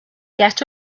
get